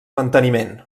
manteniment